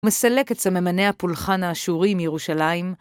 מסלק את סממני הפולחן האשורי מירושלים.